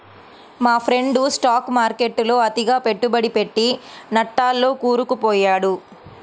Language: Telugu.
మా ఫ్రెండు స్టాక్ మార్కెట్టులో అతిగా పెట్టుబడి పెట్టి నట్టాల్లో కూరుకుపొయ్యాడు